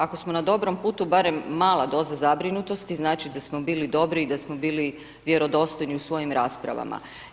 Ako smo na dobrom putu, barem mala doza zabrinutosti znači da smo bili dobri i da smo bili vjerodostojni u svojim raspravama.